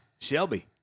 Shelby